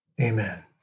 Amen